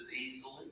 easily